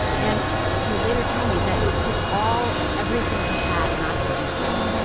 and he would later tell me that it took all of everything he had not to do so.